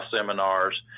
seminars